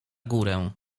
górę